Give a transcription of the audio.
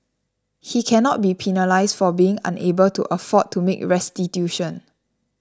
he cannot be penalised for being unable to afford to make restitution